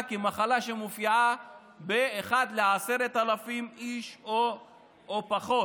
כמחלה שמופיעה אצל אחד ל-10,000 איש לפחות.